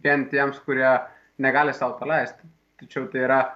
vien tiems kurie negali sau to leisti tačiau tai yra